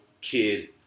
kid